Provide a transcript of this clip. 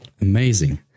amazing